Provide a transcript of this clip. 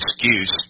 excuse